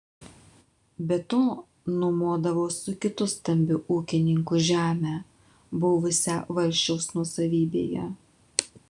be to nuomodavo su kitu stambiu ūkininku žemę buvusią valsčiaus nuosavybėje